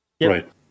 right